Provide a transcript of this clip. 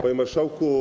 Panie Marszałku!